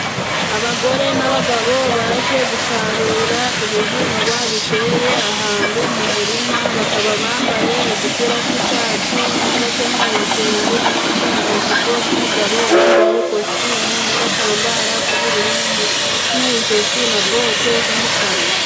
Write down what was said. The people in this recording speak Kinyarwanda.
Abagore n'abagabo, baje gusarura ibihingwa biteye ahantu mu murima, bakaba bambaye udupira tw'icyatsi, n'abakenyeye ibitenge, n'abambaye amajipo, n'umugabo wambaye ikositimu n'agatambaro k'ubururu mu ijosi, na bote z'umukara.